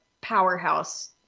powerhouse